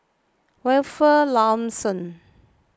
Wilfed Lawson